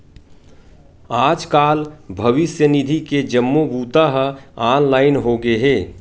आजकाल भविस्य निधि के जम्मो बूता ह ऑनलाईन होगे हे